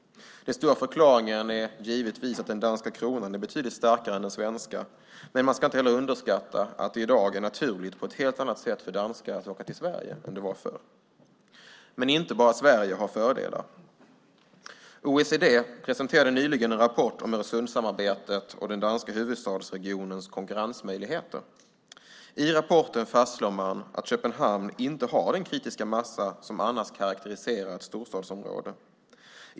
Den stora förklaringen är givetvis att den danska kronan är betydligt starkare än den svenska kronan. Men man ska inte underskatta att det i dag på ett helt annat sätt än förr är naturligt för danskar att åka till Sverige. Inte bara Sverige har fördelar. OECD presenterade nyligen en rapport om Öresundssamarbetet och den danska huvudstadsregionens konkurrensmöjligheter. I rapporten fastslår man att Köpenhamn inte har den kritiska massa som annars karakteriserar ett storstadsområde.